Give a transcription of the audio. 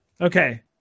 Okay